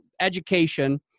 education